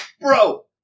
Bro